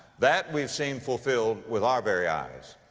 that we've seen fulfilled with our very eyes.